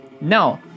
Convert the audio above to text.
No